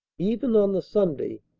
even on the sunday,